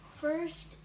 First